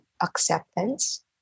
acceptance